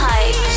Hype